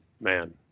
man